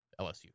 LSU